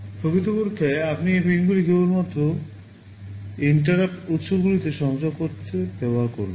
প্রকৃত পরীক্ষায় আপনি এই পিনগুলি কেবলমাত্র interrupt উত্সগুলিতে সংযোগ করতে ব্যবহার করবেন